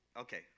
Okay